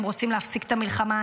הם רוצים להפסיק את המלחמה,